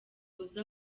uzi